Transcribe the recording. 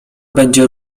będzie